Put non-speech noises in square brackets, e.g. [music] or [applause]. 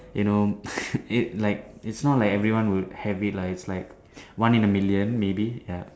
you know [noise] it like it's not like everyone will have it lah it's like one in a million maybe